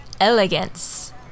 elegance